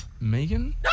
Megan